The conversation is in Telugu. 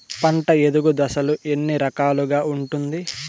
పంట ఎదుగు దశలు ఎన్ని రకాలుగా ఉంటుంది?